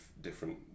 different